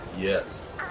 yes